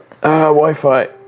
Wi-Fi